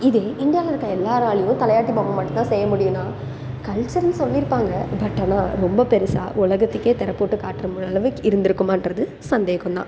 இதே இந்தியாவில் இருக்கிற எல்லோராலயும் தலையாட்டி பொம்மை மட்டுந்தான் செய்ய முடியும்ன்னா கல்ச்சர்னு சொல்லியிருப்பாங்க பட் ஆனால் ரொம்ப பெருசாக உலகத்துக்கே திர போட்டு காட்டுற ஒரு அளவுக்கு இருந்திருக்குமான்றது சந்தேகம் தான்